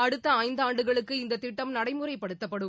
அடுத்த ஐந்தாண்டுகளுக்கு இந்தத் திட்டம் நடைமுறைப்படுத்தப்படும்